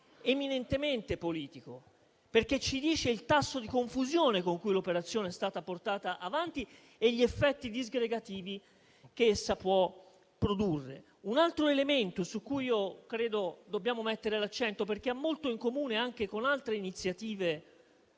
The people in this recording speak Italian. eminentemente politico, perché comunica il tasso di confusione con cui l'operazione è stata portata avanti e gli effetti disgregativi che essa può produrre. Vi è un altro elemento su cui io credo che dobbiamo mettere l'accento, perché ha molto in comune anche con altre iniziative